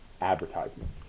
advertisement